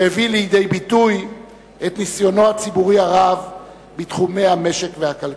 שהביא לידי ביטוי את ניסיונו הציבורי הרב בתחומי המשק והכלכלה.